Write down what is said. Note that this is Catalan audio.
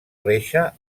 reixa